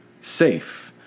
safe